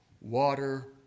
water